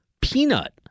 Peanut